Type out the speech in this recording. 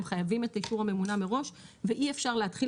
הם חייבים את אישור הממונה מראש ואי אפשר להתחיל